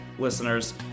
listeners